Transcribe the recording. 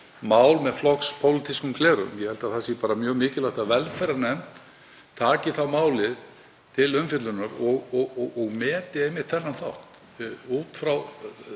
mál, með flokkspólitískum gleraugum. Ég held að það sé mjög mikilvægt að velferðarnefnd taki málið til umfjöllunar og meti einmitt þennan þátt.